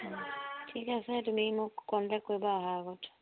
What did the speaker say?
অঁ ঠিক আছে তুমি মোক কণ্টেক্ট কৰিবা অহাৰ আগত